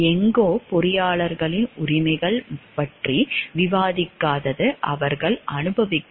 எங்கோ பொறியாளர்களின் உரிமைகள் பற்றி விவாதிக்காதது அவர்கள் அனுபவிக்கும்